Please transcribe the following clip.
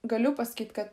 galiu pasakyt kad